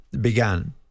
began